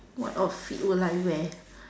what outfit would I wear